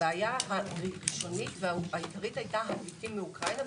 הבעיה הראשונית והעיקרית הייתה הפליטים מאוקראינה,